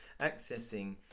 accessing